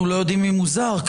אנחנו לא יודעים אם הוא זר.